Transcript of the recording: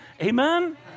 Amen